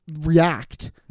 react